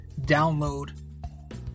download